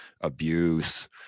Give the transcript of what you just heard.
abuse